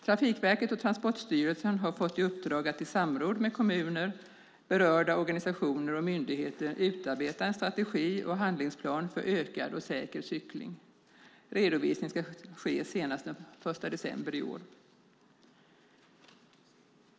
Trafikverket och Transportstyrelsen har fått i uppdrag att i samråd med kommuner, berörda organisationer och myndigheter utarbeta en strategi och handlingsplan för ökad och säker cykling. Redovisning ska ske senast den 1 december i år.